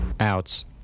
Outs